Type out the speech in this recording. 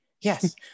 Yes